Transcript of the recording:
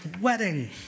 wedding